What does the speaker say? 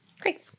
Great